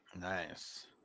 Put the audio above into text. Nice